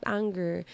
anger